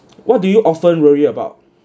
what do you often worry about